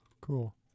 Cool